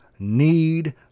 Need